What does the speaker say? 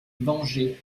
vengé